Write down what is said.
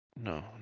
no